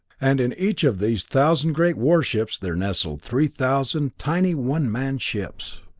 and in each of these thousand great warships there nestled three thousand tiny one-man ships.